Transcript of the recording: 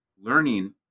learning